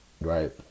right